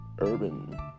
urban